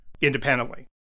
independently